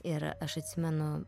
ir aš atsimenu